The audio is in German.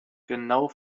genau